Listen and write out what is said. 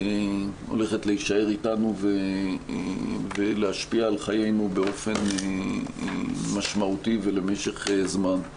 הולכת להישאר איתנו ולהשפיע על חיינו באופן משמעותי ולמשך זמן.